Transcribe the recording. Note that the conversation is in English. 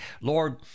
Lord